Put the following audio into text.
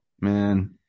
man